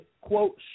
quote